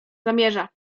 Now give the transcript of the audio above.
zamierza